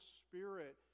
spirit